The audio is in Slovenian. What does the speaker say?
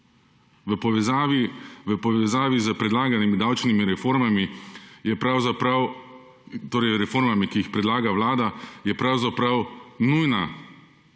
V povezavi s predlaganimi davčnimi reformami je pravzaprav, torej reformami, ki jih predlaga vlada, je pravzaprav nujna